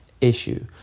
issue